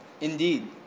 Indeed